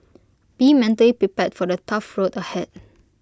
be mentally prepared for the tough road ahead